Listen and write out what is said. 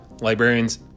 Librarians